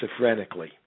schizophrenically